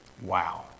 Wow